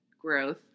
growth